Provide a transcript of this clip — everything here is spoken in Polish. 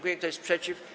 Kto jest przeciw?